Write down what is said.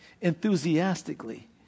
enthusiastically